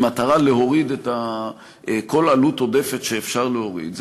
במטרה להוריד כל עלות עודפת שאפשר להוריד,